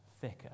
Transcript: thicker